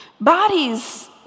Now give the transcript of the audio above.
bodies